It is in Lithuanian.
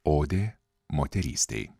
odė moterystei